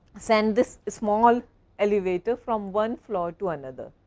send this small elevator from one floor to another.